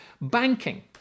Banking